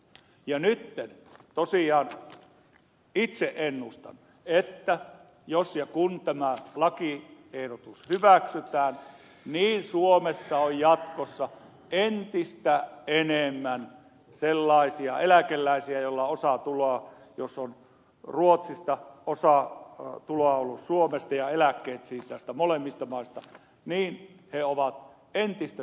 ja nytten tosiaan itse ennustan että jos ja kun tämä lakiehdotus hyväksytään niin suomessa on jatkossa entistä enemmän sellaisia eläkeläisiä joilla osa tuloa on ollut ruotsista ja osa tuloa on ollut suomesta ja eläkkeet siis näistä molemmista maista jotka ovat entistä tyytymättömämpiä